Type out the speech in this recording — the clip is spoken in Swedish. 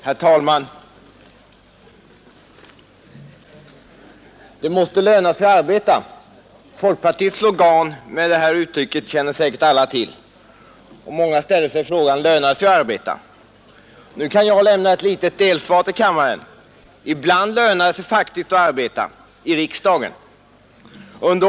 Herr talman! Det måste löna sig att arbeta. Folkpartiets slogan med denna lydelse känner säkert alla till. Många ställer sig i dag frågan: Lönar det sig att arbeta? Nu kan jag lämna ett litet delsvar till kammaren. Ibland lönar det sig faktiskt att arbeta — i riksdagen.